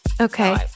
Okay